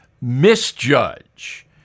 misjudge